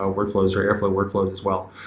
ah workflows, or airflow workflows as well.